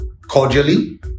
cordially